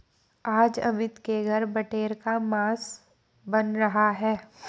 आज अमित के घर बटेर का मांस बन रहा है